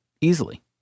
easily